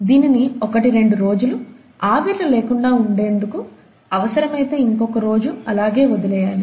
దీనిని ఒకటి రెండు రోజులు ఆవిర్లు లేకుండా ఉండేందుకు అవసరమైతే ఇంకొక రోజు అలాగే వదిలేయాలి